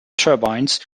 turbines